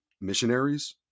missionaries